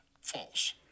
false